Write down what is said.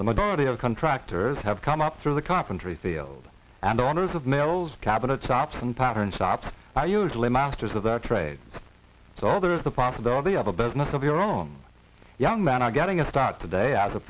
the majority of contractors have come up through the carpentry field and the owners of males cabinets up from pattern shops are usually masters of their trade so there is the possibility of a business of your own young men are getting a start today as a